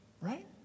right